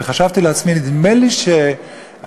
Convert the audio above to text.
וחשבתי לעצמי: נדמה לי ששר